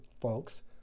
folks